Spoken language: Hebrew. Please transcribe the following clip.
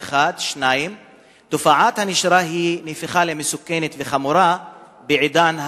2. תופעת הנשירה הפכה למסוכנת וחמורה בעידן האלימות,